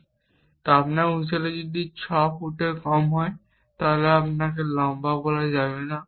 যদি আপনার উচ্চতা 6 ফুটের কম হয় তাহলে আপনাকে লম্বা বলা হবে না